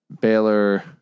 Baylor